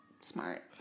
smart